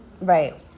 Right